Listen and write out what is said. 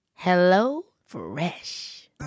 HelloFresh